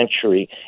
century